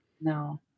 No